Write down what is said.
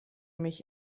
mich